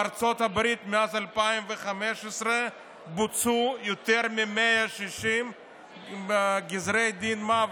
בארצות הברית מאז 2015 בוצעו יותר מ-160 גזרי דין מוות,